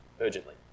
Urgently